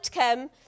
outcome